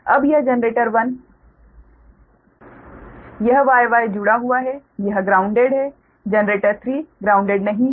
अब यह जनरेटर 1 यह Y Y जुड़ा हुआ है यह ग्राउंडेड है जनरेटर 3 ग्राउंडेड नहीं है जनरेटर 2 ग्राउंडेड है